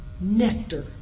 nectar